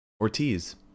Ortiz